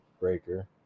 breaker